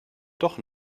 doch